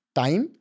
time